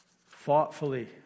thoughtfully